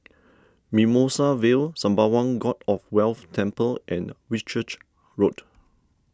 Mimosa Vale Sembawang God of Wealth Temple and Whitchurch Road